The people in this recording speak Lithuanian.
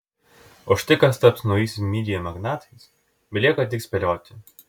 o štai kas taps naujaisiais media magnatais belieka tik spėlioti